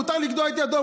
מותר לגדוע את ידו.